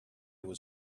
was